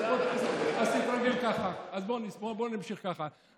תתרגל ככה, בוא נמשיך ככה.